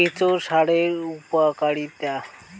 কেঁচো সারের উপকারিতা?